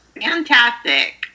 Fantastic